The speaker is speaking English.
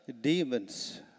demons